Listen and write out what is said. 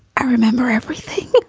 i remember everything